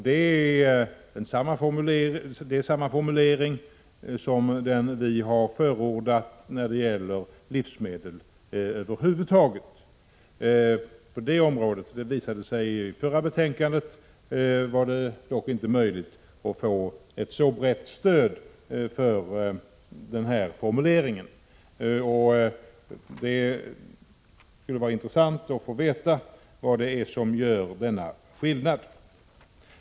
Det är samma formulering som den vi har förordat när det gäller livsmedel över huvud taget. På det området var det dock inte möjligt att få ett så brett stöd för denna formulering, vilket visade sig i det förra betänkandet. Det skulle vara intressant att få veta vad det är som gör denna skillnad.